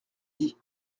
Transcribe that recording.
dit